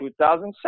2007